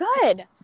Good